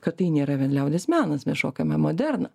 kad tai nėra vien liaudies menas mes šokame moderną